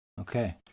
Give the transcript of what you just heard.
Okay